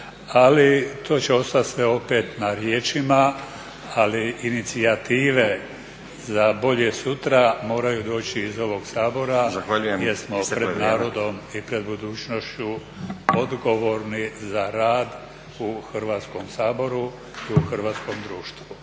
ali to će ostati sve opet na riječima, ali inicijative za bolje sutra moraju doći iz ovog Sabora jer smo pred narodom i pred budućnošću odgovorni za rad u Hrvatskom saboru i u hrvatskom društvu.